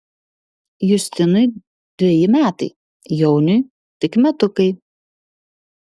justinui dveji metai jauniui tik metukai